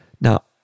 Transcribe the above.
Now